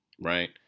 Right